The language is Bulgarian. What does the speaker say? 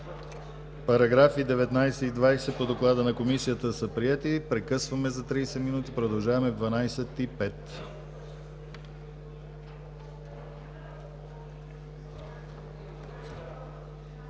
Параграфи 19 и 20 по доклада на Комисията са приети. Прекъсваме за тридесет минути. Продължаваме в 12,05